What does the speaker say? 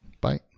Bye